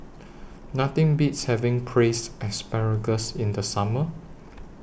Nothing Beats having Braised Asparagus in The Summer